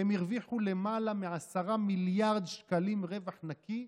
והם הרוויחו למעלה מ-10 מיליארד שקלים רווח נקי,